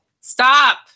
Stop